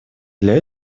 для